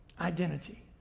identity